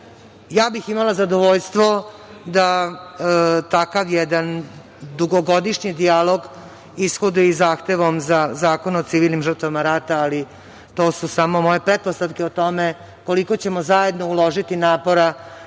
bih zadovoljstvo da takav jedan dugogodišnji dijalog, ishodom i zahtevom za Zakon o civilnim žrtvama rata, ali to su samo moje pretpostavke o tome koliko ćemo zajedno uložiti napora